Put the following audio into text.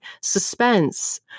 suspense